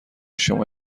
شما